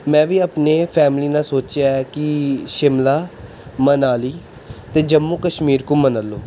ਮੈਂ ਵੀ ਆਪਣੇ ਫੈਮਲੀ ਨਾਲ ਸੋਚਿਆ ਹੈ ਕਿ ਸ਼ਿਮਲਾ ਮਨਾਲੀ ਅਤੇ ਜੰਮੂ ਕਸ਼ਮੀਰ ਘੁੰਮਣ